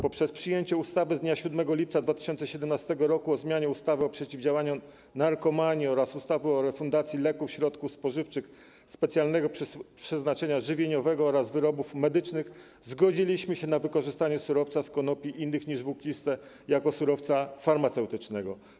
Poprzez przyjęcie ustawy z dnia 7 lipca 2017 r. o zmianie ustawy o przeciwdziałaniu narkomanii oraz ustawy o refundacji leków, środków spożywczych specjalnego przeznaczenia żywieniowego oraz wyrobów medycznych zgodziliśmy się na wykorzystanie surowca z konopi innych niż włókniste jako surowca farmaceutycznego.